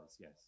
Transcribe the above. yes